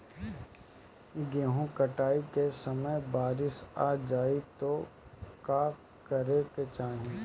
गेहुँ कटनी के समय बारीस आ जाए तो का करे के चाही?